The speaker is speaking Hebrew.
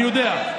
אני יודע.